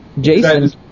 Jason